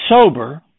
sober